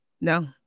No